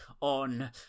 on